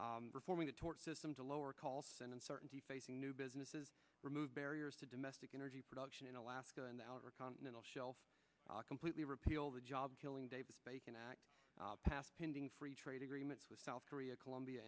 oxley reforming the tort system to lower costs and uncertainty facing new businesses remove barriers to domestic energy production in alaska and the outer continental shelf completely repeal the job killing davis bacon act passed pending free trade agreements with south korea colombia